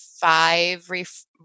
five